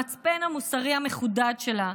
המצפן המוסרי המחודד שלה,